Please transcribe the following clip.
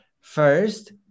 first